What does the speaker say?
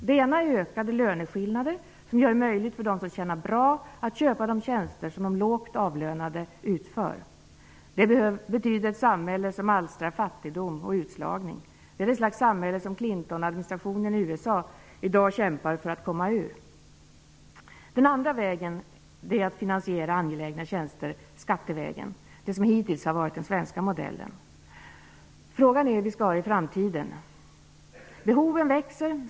Det ena är ökade löneskillnader, som gör det möjligt för dem som tjänar bra att köpa de tjänster som de lågt avlönade utför. Det betyder ett samhälle som alstrar fattigdom och utslagning. Det är det slags samhälle som Clintonadministrationen i USA i dag kämpar för att komma ur. Den andra vägen är att finansiera angelägna tjänster skattevägen, det som hittills har varit den svenska modellen. Frågan är hur vi skall ha det i framtiden. Behoven växer.